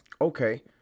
Okay